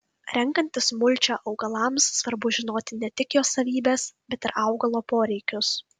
renkantis mulčią augalams svarbu žinoti ne tik jo savybes bet ir augalo poreikius